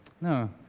No